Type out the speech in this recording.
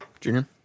Junior